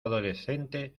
adolescente